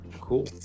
cool